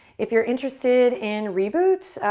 if you're interested in reboots,